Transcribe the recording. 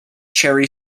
cherry